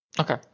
Okay